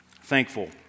thankful